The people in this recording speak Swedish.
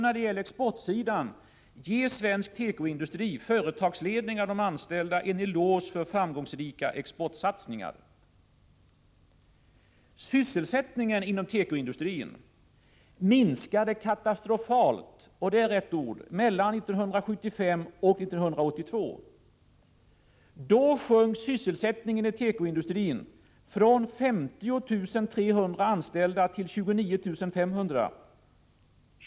När det gäller exportsidan vill jag ge svensk tekoindustri — företagsledningar och anställda — en eloge för framgångsrika exportsatsningar. Sysselsättningen inom tekoindustrin minskade katastrofalt — det är det rätta ordet — mellan 1975 och 1982. Då sjönk sysselsättningen inom tekoindustrin från 50 300 anställda till 29 500.